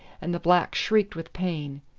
and the black shrieked with pain.